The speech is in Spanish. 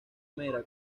mera